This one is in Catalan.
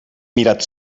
mirat